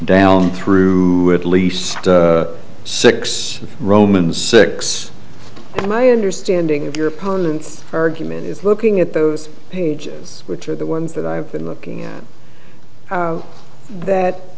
down through at least six roman six my understanding of your opponent's argument is looking at those pages which are the ones that i've been looking at that